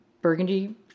burgundy